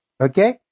Okay